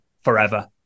forever